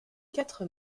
quatre